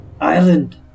island